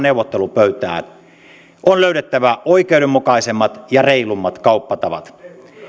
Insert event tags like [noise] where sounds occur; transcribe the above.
[unintelligible] neuvottelupöytään on löydettävä oikeudenmukaisemmat ja reilummat kauppatavat